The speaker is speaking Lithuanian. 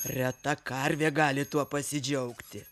reta karvė gali tuo pasidžiaugti